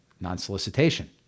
non-solicitation